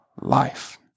life